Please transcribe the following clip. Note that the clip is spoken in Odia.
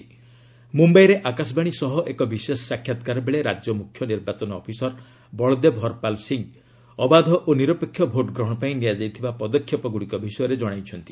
ମ୍ରମ୍ଘାଇରେ ଆକାଶବାଣୀ ସହ ଏକ ବିଶେଷ ସାକ୍ଷାତକାର ବେଳେ ରାଜ୍ୟ ମ୍ରଖ୍ୟ ନିର୍ବାଚନ ଅଫିସର ବଳଦେବ ହରପାଲ ସିଂହ ଅବାଧ ଓ ନିରପେକ୍ଷ ଭୋଟ୍ ଗ୍ରହଣ ପାଇଁ ନିଆଯାଇଥିବା ପଦକ୍ଷେପଗ୍ରଡ଼ିକ ବିଷୟରେ ଜଣାଇଛନ୍ତି